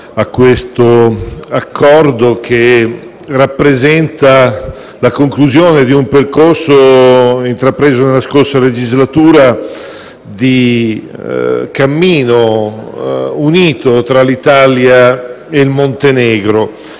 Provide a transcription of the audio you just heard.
in esso contenuto rappresenta la conclusione di un percorso, intrapreso nella scorsa legislatura, e di un cammino unito tra l'Italia e il Montenegro.